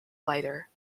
lighter